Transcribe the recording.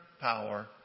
power